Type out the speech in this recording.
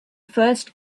first